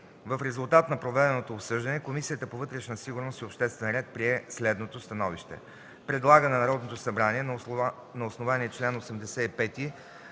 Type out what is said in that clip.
В резултат на проведеното обсъждане Комисията по вътрешна сигурност и обществен ред прие следното становище. Предлага на Народното събрание на основание чл. 85,